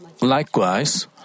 Likewise